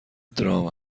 درام